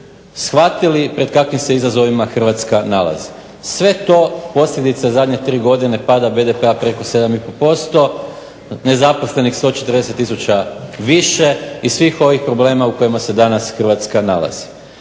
shvatili pred kakvim se izazovima Hrvatska nalazi. Sve je to posljedica zadnje tri godine pada BDP-a preko 7,5%, nezaposlenih 140 tisuća više i svih ovih problema u kojima se danas Hrvatska nalazi.